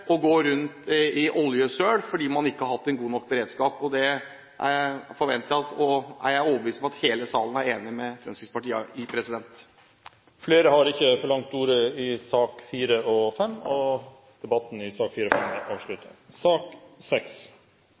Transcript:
gå rundt i oljesøl fordi man ikke har hatt en god nok beredskap. Det er jeg overbevist om at hele salen er enig med Fremskrittspartiet i. Flere har ikke bedt om ordet til sakene nr. 4 og 5. Etter ønske fra komiteen vil presidenten foreslå at debatten blir begrenset til 1 time og